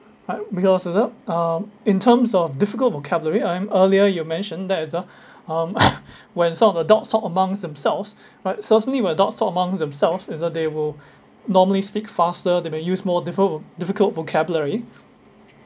right because of the um in terms of difficult vocabulary and earlier you mentioned that is uh um when some of adults talk among themselves right certainly when adults talk among themselves is uh they will normally speak faster they may use more difficult vo~ difficult vocabulary